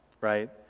right